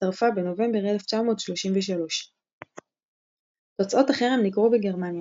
הצטרפה בנובמבר 1933. תוצאות החרם ניכרו בגרמניה.